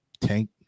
Tank